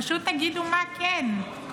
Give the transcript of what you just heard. פשוט תגידו מה כן.